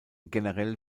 generell